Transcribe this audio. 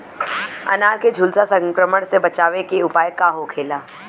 अनार के झुलसा संक्रमण से बचावे के उपाय का होखेला?